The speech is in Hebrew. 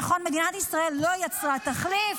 נכון, מדינת ישראל לא יצרה תחליף